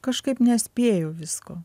kažkaip nespėju visko